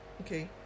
okay